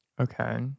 Okay